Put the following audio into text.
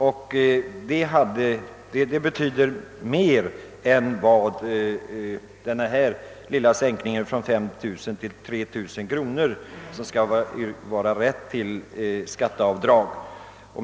Det betyder mer än den lilla sänkningen av värdegränsen för anskaffningskostnader, som berättigar till särskilt investeringsavdrag, från 5 000 kronor till 3 000 kronor.